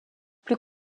plus